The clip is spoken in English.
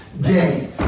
day